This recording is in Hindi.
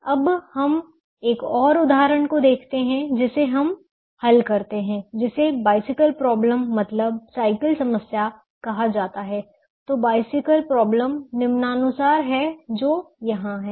अब हम एक और उदाहरण को देखते हैं जिसे हम हल करते हैं जिसे बाइसिकल प्रॉब्लम मतलब साइकिल समस्या कहा जाता है तो बाइसिकल प्रॉब्लम निम्नानुसार है जो यहां है